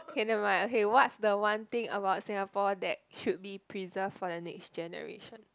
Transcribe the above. okay never mind okay what's the one thing about Singapore that should be preserve for the next generation